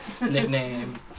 Nickname